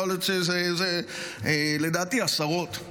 יכול להיות, לדעתי זה עשרות.